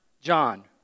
John